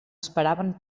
esperaven